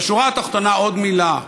בשורה התחתונה עוד מילה: